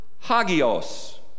hagios